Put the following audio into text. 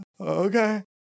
okay